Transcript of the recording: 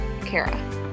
Kara